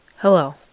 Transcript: Hello